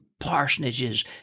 parsonages